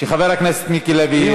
שחבר הכנסת מיקי לוי,